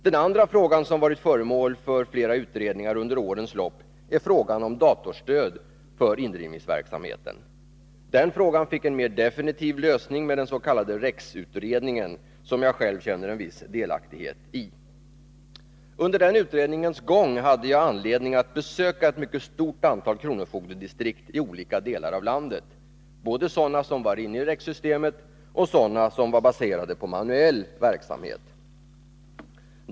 Den andra frågan som varit föremål för flera utredningar under årens lopp gäller datorstöd för indrivningsverksamheten. Den frågan fick en mer definitiv lösning i och med den s.k. Rex-utredningen, som jag själv känner en viss delaktighet i.' Under den utredningens gång hade jag anledning att besöka ett mycket stort antal kronofogdedistrikt i olika delar av landet, både sådana som var inne i Rex-systemet och sådana som var baserade på manuell verksamhet.